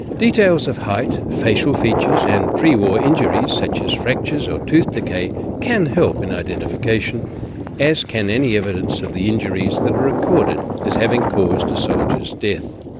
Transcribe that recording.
details of height, facial features and pre-war injuries such as fractures or tooth decay can help in identification as can any evidence of the injuries that are recorded as having caused a soldier's death.